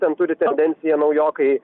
ten turi tendenciją naujokai